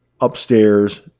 upstairs